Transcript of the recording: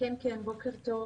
בוקר טוב.